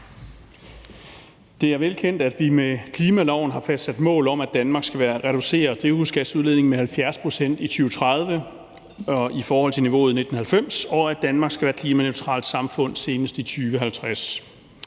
Det er velkendt, at vi med klimaloven har fastsat mål om, at Danmark skal reducere drivhusgasudledningen med 70 pct. i 2030 i forhold til niveauet i 1990, og at Danmark skal være et klimaneutralt samfund senest i 2050.